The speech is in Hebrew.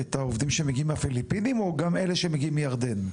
לעובדים שהגיעו מהפיליפינים או גם לאלה שהגיעו מירדן?